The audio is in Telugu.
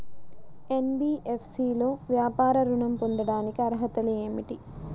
ఎన్.బీ.ఎఫ్.సి లో వ్యాపార ఋణం పొందటానికి అర్హతలు ఏమిటీ?